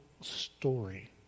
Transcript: story